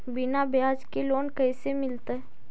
बिना ब्याज के लोन कैसे मिलतै?